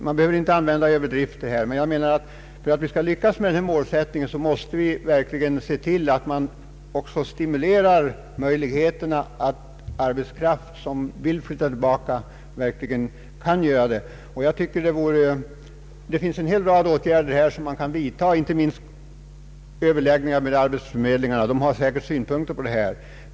Man behöver inte använda överdrifter här, men för att vi skall lyckas med denna målsättning måste vi se till att vi också stimulerar den arbetskraft som kan flytta tillbaka att verkligen göra det. Det finns en hel rad åtgärder här som man kan vidta, inte minst överläggningar med arbetsförmedlingarna — de har säkert synpunkter på detta.